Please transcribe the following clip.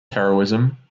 heroism